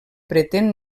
pretén